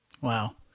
Wow